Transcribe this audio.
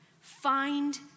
Find